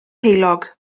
heulog